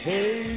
Hey